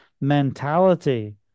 mentality